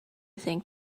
think